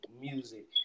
music